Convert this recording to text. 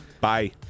Bye